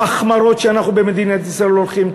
בהחמרות שאנחנו במדינת ישראל עורכים,